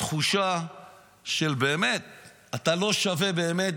תחושה שאתה לא שווה באמת